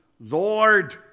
Lord